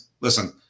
listen